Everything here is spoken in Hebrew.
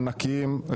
ענקיים,